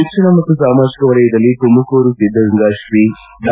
ಶಿಕ್ಷಣ ಮತ್ತು ಸಾಮಾಜಿಕ ವಲಯದಲ್ಲಿ ತುಮಕೂರು ಸಿದ್ದಗಂಗಾ ಶ್ರೀ ಡಾ